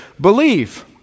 believe